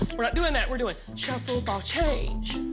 we're not doing that. we're doing shuffle, ball change.